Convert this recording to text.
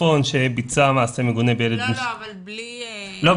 שביצע מעשה מגונה בילד --- אבל בלי --- לא,